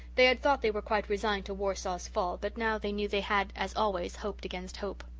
they had thought they were quite resigned to warsaw's fall but now they knew they had, as always, hoped against hope.